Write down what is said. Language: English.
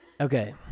Okay